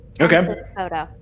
okay